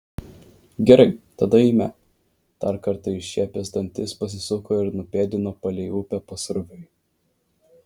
gerai tada eime dar kartą iššiepęs dantis pasisuko ir nupėdino palei upę pasroviui